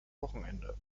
wochenende